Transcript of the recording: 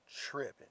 tripping